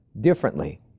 differently